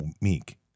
meek